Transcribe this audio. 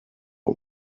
was